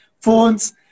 phones